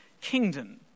kingdom